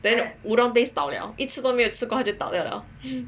then udon place 倒了一次都没有吃过它就倒掉了